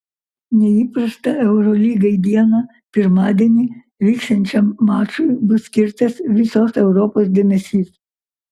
neįprastą eurolygai dieną pirmadienį vyksiančiam mačui bus skirtas visos europos dėmesys